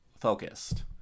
focused